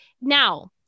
now